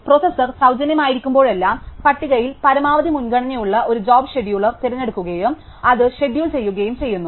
processor സൌജന്യമായിരിക്കുമ്പോഴെല്ലാം പട്ടികയിൽ പരമാവധി മുൻഗണനയുള്ള ഒരു ജോബ് ഷെഡ്യൂളർ തിരഞ്ഞെടുക്കുകയും അത് ഷെഡ്യൂൾ ചെയ്യുകയും ചെയ്യുന്നു